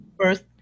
First